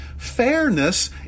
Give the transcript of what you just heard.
Fairness